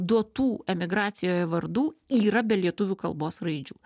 duotų emigracijoje vardų yra be lietuvių kalbos raidžių